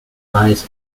lies